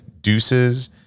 Deuces